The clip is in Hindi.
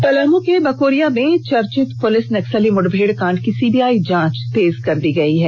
पलामू के बकोरिया में चर्चित पुलिस नक्सली मुठभेड़ कांड की सीबीआई जांच तेज कर दी गई है